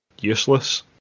useless